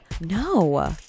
no